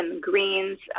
Greens